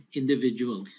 individual